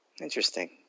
Interesting